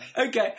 Okay